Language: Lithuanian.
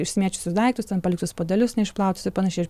išsimėčiusius daiktus ten paliktus puodelius neišplautus ir panašiai